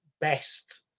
best